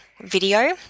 video